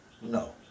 No